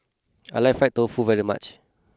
I like Fried Tofu very much